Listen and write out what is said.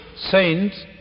saints